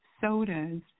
sodas